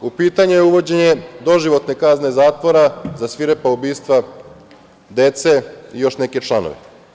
U pitanju je uvođenje doživotne kazne zatvora sa svirepa ubistva dece i još neke članove.